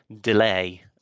delay